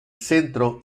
centro